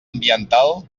ambiental